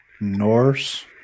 Norse